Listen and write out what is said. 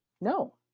No